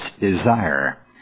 desire